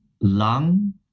lung